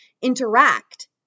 interact